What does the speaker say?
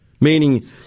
meaning